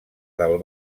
del